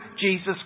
Jesus